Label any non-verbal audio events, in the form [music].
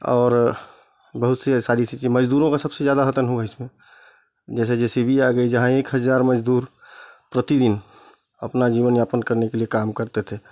और बहुत सी हैं ऐसी सारी [unintelligible] मज़दूरों का सबसे ज़्यादा हतन होगा इसमें जैसे जे सी बी आ गई जहाँ एक हज़ार मज़दूर प्रतिदिन अपना जीवन यापन करने के लिए काम करते थे